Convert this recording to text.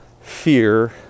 fear